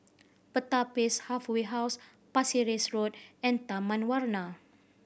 Pertapis Halfway House Pasir Ris Road and Taman Warna